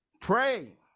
Pray